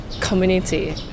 community